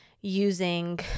using